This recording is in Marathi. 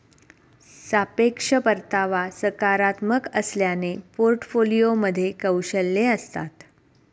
सापेक्ष परतावा सकारात्मक असल्याने पोर्टफोलिओमध्ये कौशल्ये असतात